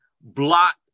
block